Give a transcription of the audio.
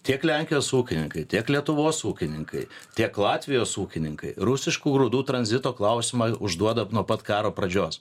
tiek lenkijos ūkininkai tiek lietuvos ūkininkai tiek latvijos ūkininkai rusiškų grūdų tranzito klausimą užduoda nuo pat karo pradžios